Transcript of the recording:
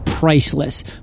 Priceless